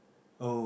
oh